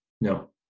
No